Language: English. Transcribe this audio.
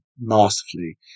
masterfully